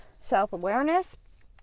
self-awareness